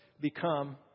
become